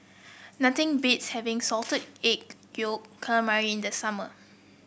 nothing beats having Salted Egg Yolk Calamari in the summer